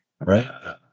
right